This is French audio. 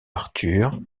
arthur